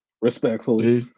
respectfully